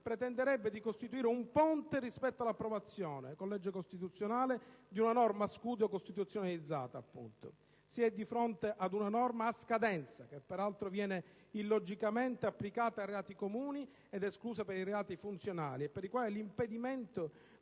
pretenderebbe di costituire un ponte rispetto all'approvazione con legge costituzionale di una norma scudo costituzionalizzata, appunto. Si è di fronte ad una norma a scadenza, che peraltro viene illogicamente applicata ai reati comuni ed esclusa per i reati funzionali e per i quali l'impedimento,